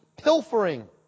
pilfering